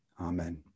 Amen